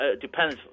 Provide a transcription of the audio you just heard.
depends